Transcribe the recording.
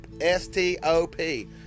S-T-O-P